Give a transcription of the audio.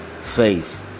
faith